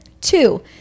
two